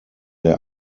der